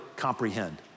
comprehend